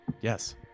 Yes